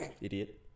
Idiot